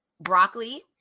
broccoli